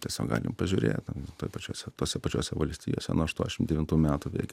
tiesiog galim pažiūrėti pačiose tose pačiose valstijose nuo aštuošimt devintų metų veikia